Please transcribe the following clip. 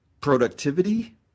productivity